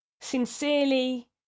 Sincerely